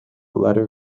letter